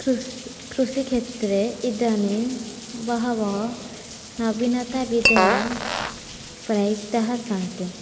कृस् कृषिक्षेत्रे इदानीं बहवः नवीनताविधयः प्रयतः सन्ति